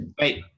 Wait